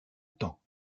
temps